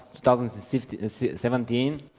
2017